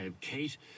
Kate